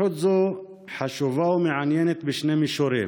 התפתחות זו חשובה ומעניינת בשני מישורים: